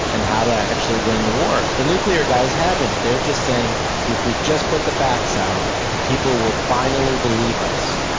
and how to actually win the war. the nuclear guys haven't. they're just saying if we just put the facts out people will finally believe us.